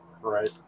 Right